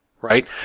right